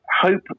hope